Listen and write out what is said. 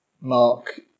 Mark